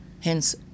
Hence